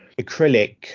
acrylic